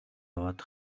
аваад